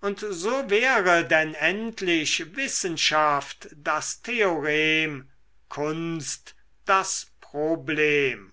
und so wäre denn endlich wissenschaft das theorem kunst das problem